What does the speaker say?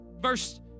Verse